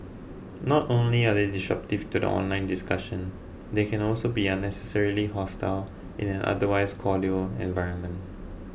not only are they disruptive to the online discussion they can also be unnecessarily hostile in an otherwise cordial environment